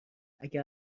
اگه